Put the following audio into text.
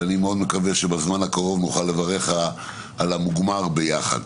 ואני מאוד מקווה שבזמן הקרוב נוכל לברך על המוגמר ביחד.